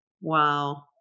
Wow